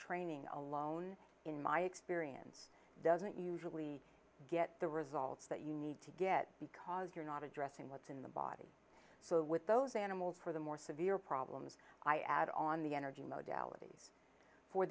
training alone in my experience doesn't usually get the results that you need to get because you're not addressing what's in the body so with those animals for the more severe problems i add on the energy mode